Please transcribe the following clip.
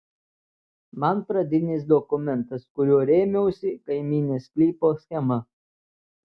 man pradinis dokumentas kuriuo rėmiausi kaimynės sklypo schema